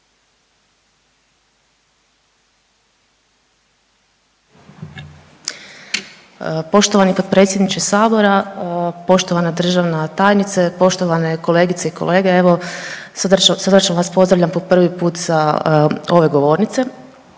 Poštovani potpredsjedniče sabora, poštovana državna tajnice, poštovane kolegice i kolege evo srdačno vas pozdravljam po prvi put sa ove govornice.